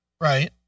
Right